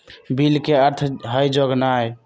bill के अर्थ हइ जोगनाइ